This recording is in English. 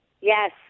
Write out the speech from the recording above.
Yes